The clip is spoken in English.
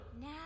Now